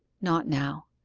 not now.